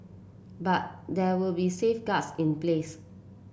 but there will be safeguards in place